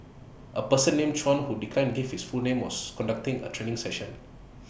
A person named Chuan who declined give his full name was conducting A training session